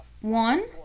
one